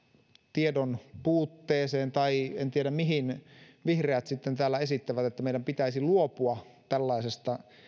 tiedon puutteeseen tai en tiedä mihin vihreät sitten täällä esittävät että meidän pitäisi luopua tällaisesta